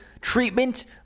treatment